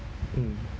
mm